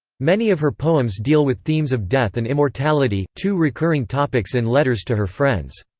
many of her poems deal with themes of death and immortality, two recurring topics in letters to her friends.